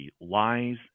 lies